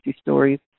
stories